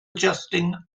adjusting